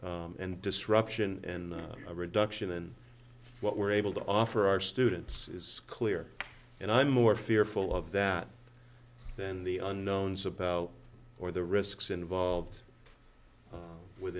and disruption and a reduction in what we're able to offer our students is clear and i'm more fearful of that than the unknown's about or the risks involved with